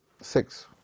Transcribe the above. Six